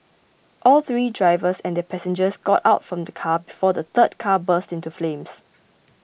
all three drivers and their passengers got out from the car before the third car burst into flames